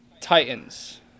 titans